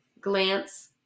glance